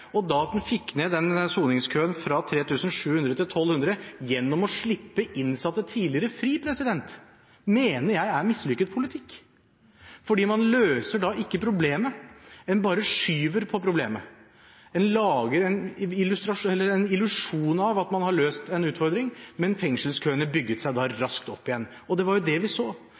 at man da fikk redusert soningskøen fra 3 700 til 1 200 gjennom å slippe innsatte tidligere fri, mener jeg er mislykket politikk, for da løser man ikke problemet, man bare skyver på problemet. Man lager en illusjon om at man har løst en utfordring, men fengselskøene bygget seg da